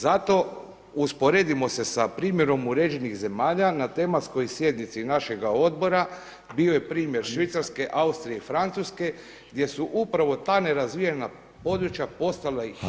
Zato usporedimo se sa primjerom uređenih zemalja na tematskoj sjednici našega odbora bio je primjer Švicarske, Austrije i Francuske gdje su upravo ta nerazvijena područja postala i hit [[Upadica: Hvala.]] za živjet.